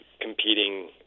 competing